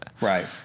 Right